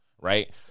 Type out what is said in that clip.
right